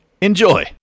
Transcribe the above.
Enjoy